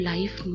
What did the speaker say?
Life